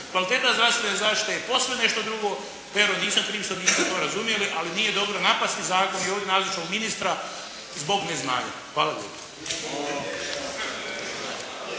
Kvaliteta zdravstvene zaštite je posve nešto drugo. Pero, nisam kriv što niste to razumjeli, ali nije dobro napasti zakon i ovdje nazočnog ministra zbog neznanja. Hvala lijepo.